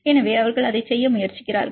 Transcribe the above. எனவே அவர்கள் அதை செய்ய முயற்சிக்கிறார்கள்